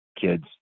kids